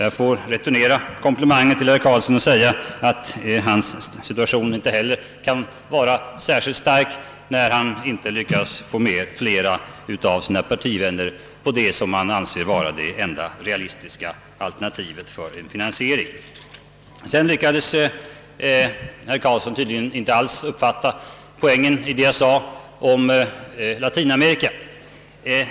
Jag får returnera komplimangen till herr Carlsson; hans situation kan inte heller vara särskilt stark, när han inte lyckats få med fler av sina partivänner på det som han anser vara det enda realistiska alternativet för en finansiering. Sedan lyckades herr Carlsson inte alls uppfatta poängen i det jag sade om Latinamerika.